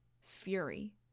fury